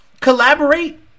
collaborate